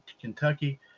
Kentucky